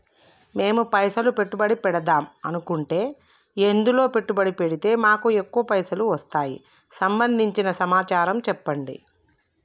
మేము పైసలు పెట్టుబడి పెడదాం అనుకుంటే ఎందులో పెట్టుబడి పెడితే మాకు ఎక్కువ పైసలు వస్తాయి సంబంధించిన సమాచారం చెప్పండి?